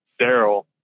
Daryl